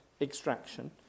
extraction